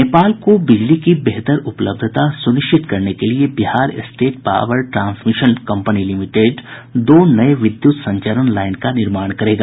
नेपाल को बिजली की बेहतर उपलब्धता सुनिश्चित करने के लिए Bihar state power transmission company limited दो नये विद्युत संचरण लाईन का निर्माण करेगा